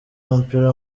w’umupira